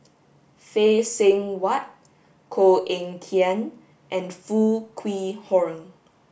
Phay Seng Whatt Koh Eng Kian and Foo Kwee Horng